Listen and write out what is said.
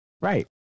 Right